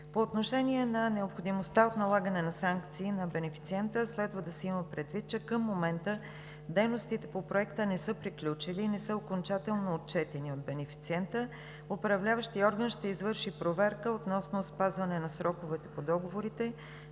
По отношение на необходимостта от налагане на санкции на бенефициента следва да се има предвид, че към момента дейностите по проекта не са приключили и не са окончателно отчетени от бенефициента. Управляващият орган ще извърши проверка относно спазване на сроковете по договорите